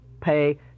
pay